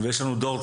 יש לנו דור צעיר,